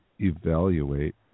evaluate